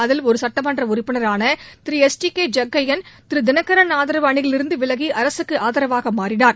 அதில் ஒரு சட்டமன்ற உறுப்பினரான திரு எஸ் டி கே ஜக்கையன் திரு தினகரன் ஆதரவு அணியிலிருந்து விலகி அரசுக்கு ஆதரவாக மாறினார்